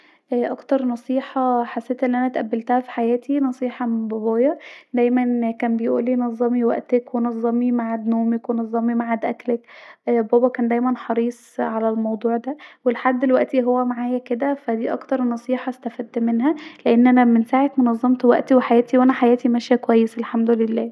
اكتر نصيحه حسيت ان انا اتقبلتها في حياتي نصحيه من بابايا لأن دايما كان بيقولي نظمي وقتك ونظمي معاد نومك ونظمي معاد اكلك بابا كان دايما حريص على الموضوع ده ولحد دلوقتي هو معايا كدا ف دي اكتر نصحيه استفدت منها لان انا من ساعه ما نظمت وقتي وانا حياتي ماشيه كويس الحمد لله